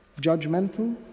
judgmental